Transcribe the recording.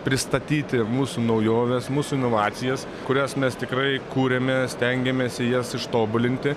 pristatyti mūsų naujoves mūsų inovacijas kurias mes tikrai kuriame stengiamės jas ištobulinti